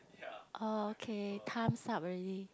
uh okay time's up already